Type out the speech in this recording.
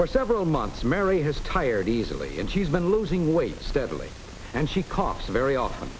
for several months mary has tired easily and she's been losing weight steadily and she coughs very often